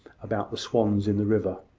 about the swans in the river.